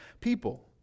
people